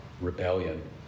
rebellion